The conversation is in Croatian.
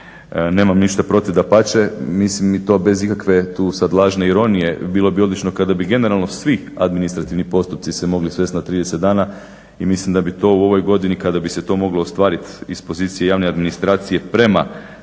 Nemam ništa, dapače. Mislim i to bez ikakve tu sad lažne ironije. Bilo bi odlično kada bi generalno svi administrativni postupci se mogli svesti na 30 dana. I mislim da bi to u ovoj godini kada bi se to moglo ostvariti iz pozicije javne administracije prema